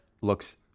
looks